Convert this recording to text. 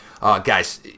Guys